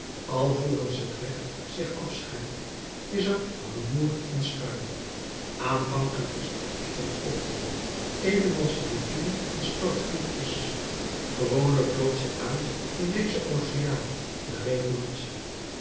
alvorens het recht zich afscheidt is er rumoer en schuim aanvankelijk is de opstand oproer evenals de rivier een stortvloed is gewoonlijk loopt zij uit in dezen oceaan de revolutie